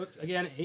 again